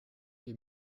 die